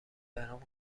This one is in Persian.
برام